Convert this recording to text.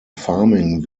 farming